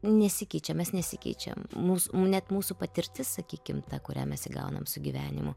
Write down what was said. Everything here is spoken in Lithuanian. nu nesikeičia mes nesikeičiam mūsų net mūsų patirtis sakykim ta kurią mes įgaunam su gyvenimu